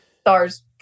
stars